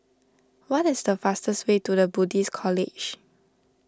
what is the fastest way to the Buddhist College